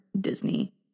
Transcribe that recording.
Disney